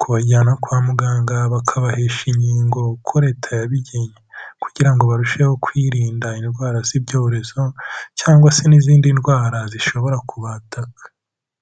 kubajyana kwa muganga bakabahesha inkingo uko Leta yabigennye kugira ngo barusheho kwirinda indwara z'ibyorezo cyangwa se n'izindi ndwara zishobora kubataka.